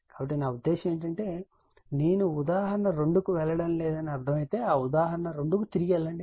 కాబట్టి నా ఉద్దేశం ఏమిటంటే నేను ఉదాహరణ 2 కి వెళ్లడం లేదని అర్ధం అయితే ఆ ఉదాహరణ 2 కి తిరిగి వెళ్ళండి